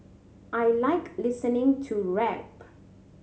I like listening to rap